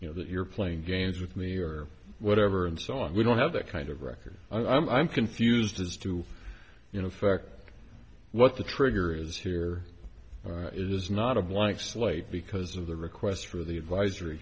you know that you're playing games with me or whatever and so on we don't have that kind of record i'm confused as to you know affect what the trigger is here is not a blank slate because of the requests for the advisory